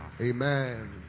Amen